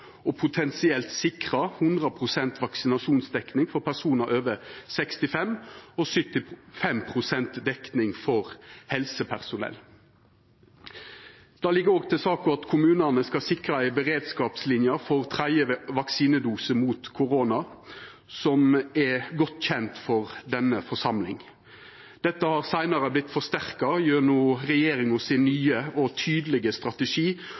potensielt å sikra 100 pst. vaksinasjonsdekning for personar over 65 år og 75 pst. dekning for helsepersonell. Det ligg òg til saka at kommunane skal sikra ei beredskapslinje for tredje vaksinedose mot korona, som er godt kjend for denne forsamlinga. Dette har seinare vorte forsterka gjennom regjeringa sin nye og tydelege strategi